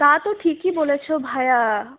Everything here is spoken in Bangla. তা তো ঠিকই বলেছো ভায়া